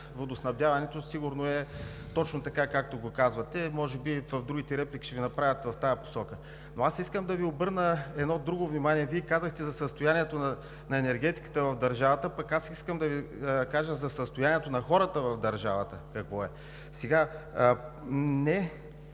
водоснабдяването, сигурно е точно така, както го казвате. Може би другите реплики ще бъдат в тази посока, но аз искам да Ви обърна внимание на друго. Вие казахте за състоянието на енергетиката в държавата, пък аз искам да Ви кажа какво е състоянието на хората в държавата. Нали не